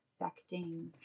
affecting